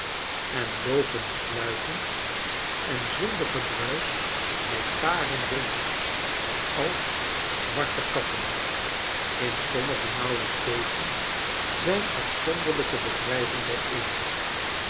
en loopen sluipend en zonder gedruisch bij paren rond als zwarte katten in sommige nauwe stegen zijn afzonderlijke bedrij ven bijeen